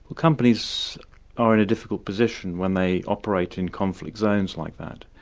companies are in a difficult position when they operate in conflict zones like that.